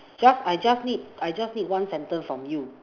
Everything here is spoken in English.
just I just need I just need one sentence from you